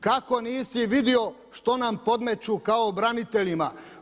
Kako nisi vidio što nam podmeću kao braniteljima?